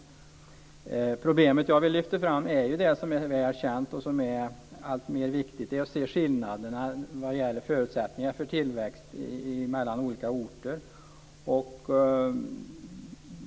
Det problem som jag lyfter fram är väl känt. Där är det viktigt att se skillnaderna i förutsättningarna för tillväxt mellan olika orter.